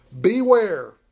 Beware